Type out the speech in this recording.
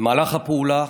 במהלך הפעולה